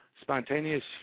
Spontaneous